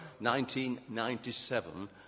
1997